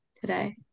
today